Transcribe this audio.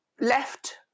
left